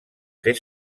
fer